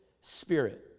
Spirit